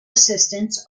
assistants